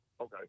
Okay